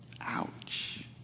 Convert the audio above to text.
Ouch